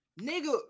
Nigga